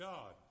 God